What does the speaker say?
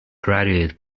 graduate